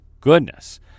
goodness